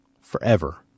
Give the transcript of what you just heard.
forever